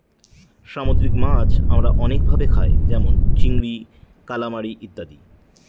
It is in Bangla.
সামুদ্রিক মাছ আমরা অনেক ভাবে খায় যেমন চিংড়ি, কালামারী ইত্যাদি